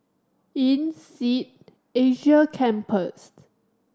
INSEAD Asia Campus